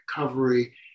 recovery